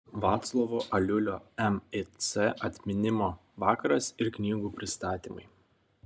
vaclovo aliulio mic atminimo vakaras ir knygų pristatymai